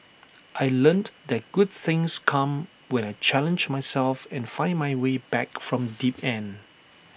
I learnt that good things come when I challenge myself and find my way back from deep end